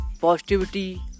positivity